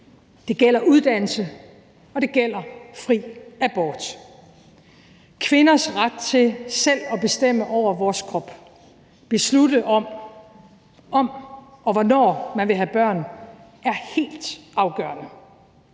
Det gælder uddannelse, og det gælder fri abort. Kvinders ret til selv at bestemme over vores krop og beslutte, om og hvornår vi vil have børn, er helt afgørende.